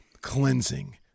cleansing